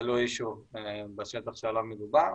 תלוי בשטח שעליו מדובר.